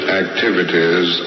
activities